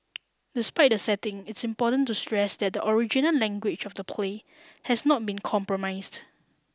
despite the setting it's important to stress that the original language of the play has not been compromised